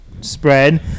spread